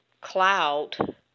cloud